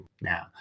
Now